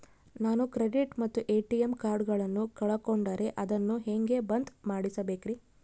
ನಾನು ಕ್ರೆಡಿಟ್ ಮತ್ತ ಎ.ಟಿ.ಎಂ ಕಾರ್ಡಗಳನ್ನು ಕಳಕೊಂಡರೆ ಅದನ್ನು ಹೆಂಗೆ ಬಂದ್ ಮಾಡಿಸಬೇಕ್ರಿ?